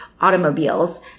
automobiles